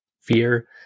fear